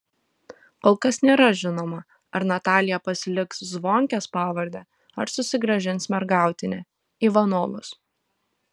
kol kas nėra žinoma ar natalija pasiliks zvonkės pavardę ar susigrąžins mergautinę ivanovos